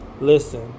Listen